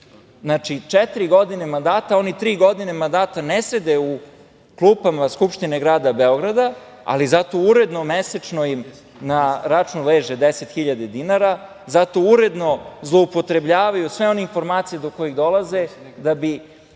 Znači, četiri godine mandata, oni tri godine mandata ne sede u klupama Skupštine grada Beograda, ali zato uredno mesečno im na račun leže 10.000 dinara, zato uredno zloupotrebljavaju sve one informacije do kojih dolaze da bi